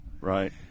Right